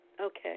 Okay